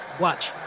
Watch